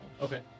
Okay